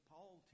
Paul